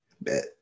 Bet